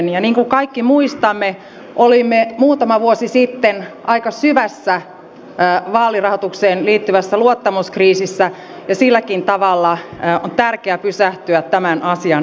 ja niin kuin kaikki muistamme olimme muutama vuosi sitten aika syvässä vaalirahoitukseen liittyvässä luottamuskriisissä ja silläkin tavalla on tärkeää pysähtyä tämän asian äärelle